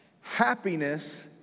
Happiness